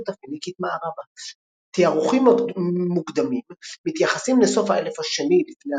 הפיניקית מערבה; תארוכים מוקדמים מתייחסים לסוף האלף השני לפנה"ס,